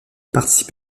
participe